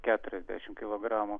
keturiasdešimt kilogramų